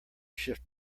shift